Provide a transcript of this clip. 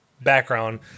background